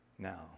now